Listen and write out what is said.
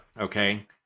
Okay